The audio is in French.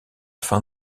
fin